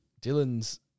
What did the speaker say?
Dylan's